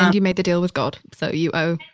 ah you made the deal with god. so you owe,